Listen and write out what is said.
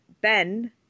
ben